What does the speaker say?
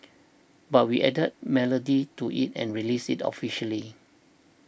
but we added melody to it and released it officially